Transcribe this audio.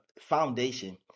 foundation